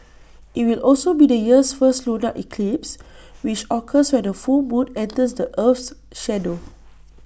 IT will also be the year's first lunar eclipse which occurs when A full moon enters the Earth's shadow